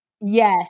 Yes